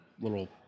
little